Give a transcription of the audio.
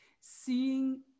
seeing